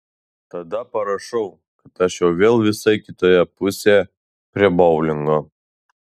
tada parašau kad aš jau vėl visai kitoje pusėje prie boulingo